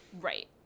Right